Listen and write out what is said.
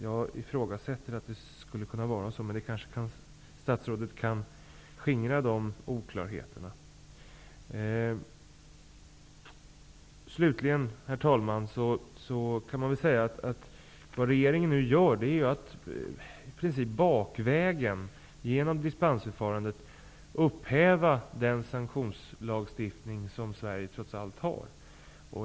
Jag ifrågasätter att det skulle kunna vara så, men statsrådet kan kanske skingra dessa oklarheter. Herr talman! Vad regeringen nu gör är i princip att bakvägen via dispensförfarandet upphäva den sanktionslagstiftning som Sverige trots allt har.